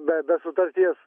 be be sutarties